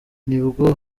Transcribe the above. nibwo